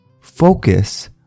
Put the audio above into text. focus